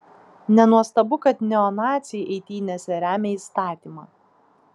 nenuostabu kad neonaciai eitynėse remia įstatymą